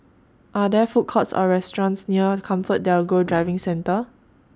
Are There Food Courts Or restaurants near ComfortDelGro Driving Centre